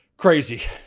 Crazy